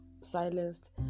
silenced